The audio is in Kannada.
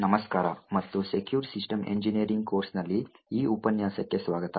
ನಮಸ್ಕಾರ ಮತ್ತು ಸೆಕ್ಯೂರ್ ಸಿಸ್ಟಮ್ ಎಂಜಿನಿಯರಿಂಗ್ ಕೋರ್ಸ್ನಲ್ಲಿ ಈ ಉಪನ್ಯಾಸಕ್ಕೆ ಸ್ವಾಗತ